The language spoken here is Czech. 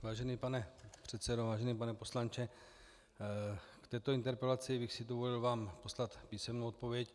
Vážený pane předsedo, vážený pane poslanče, v této interpelaci bych si dovolil vám poslat písemnou odpověď.